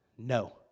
No